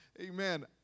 Amen